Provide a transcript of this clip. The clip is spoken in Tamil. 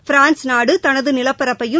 பிரான்ஸ் நாடு தனது நிலப்பரப்பையும்